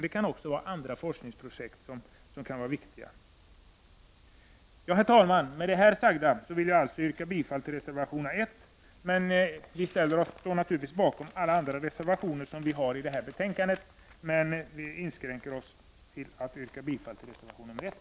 Det kan också vara andra viktiga forskningsprojekt. Herr talman! Med det sagda vill alltså yrka bifall till reservation 1. Vi står naturligtvis bakom alla andra reservationer som vi avgivit i det här betänkandet. Men vi inskränker oss till att yrka bifall till reservation 1.